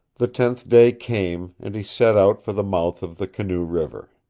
the tenth day came and he set out for the mouth of the canoe river.